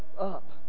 up